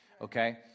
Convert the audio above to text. Okay